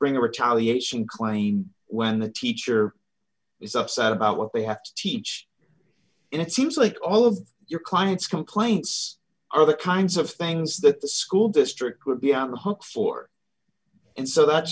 bring a retaliation claim when the teacher is upset about what they have to teach and it seems like all of your clients complaints are the kinds of things that the school district could be on the hook for and so that